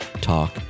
Talk